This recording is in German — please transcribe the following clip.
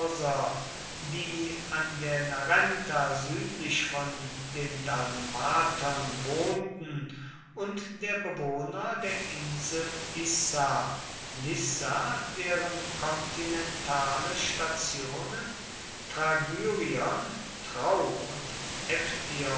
die an der narenta südlich von den dalmatern wohnten und der bewohner der insel issa lissa deren kontinentale stationen tragyrion trau und